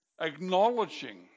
acknowledging